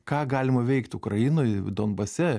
ką galima veikt ukrainoj donbase